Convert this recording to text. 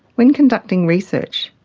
when conducting research,